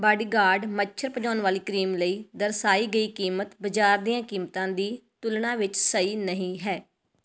bodyguard ਮੱਛਰ ਭਜਾਉਣ ਵਾਲੀ ਕਰੀਮ ਲਈ ਦਰਸਾਈ ਗਈ ਕੀਮਤ ਬਜ਼ਾਰ ਦੀਆਂ ਕੀਮਤਾਂ ਦੀ ਤੁਲਨਾ ਵਿੱਚ ਸਹੀ ਨਹੀਂ ਹੈ